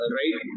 right